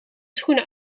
schoenen